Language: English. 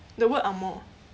the word angmoh